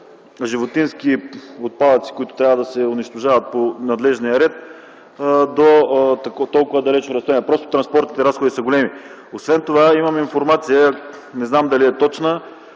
животински отпадъци, които трябва да се унищожават по надлежния ред, на толкова далечно разстояние. Просто транспортните разходи са големи. Имам информация – не знам дали е точна,